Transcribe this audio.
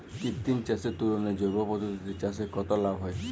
কৃত্রিম চাষের তুলনায় জৈব পদ্ধতিতে চাষে কত লাভ হয়?